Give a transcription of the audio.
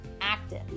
active